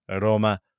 Roma